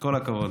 כל הכבוד.